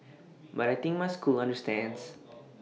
but I think my school understands